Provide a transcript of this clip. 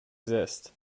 exist